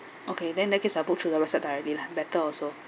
okay then maybe I'll book through the website directly lah better also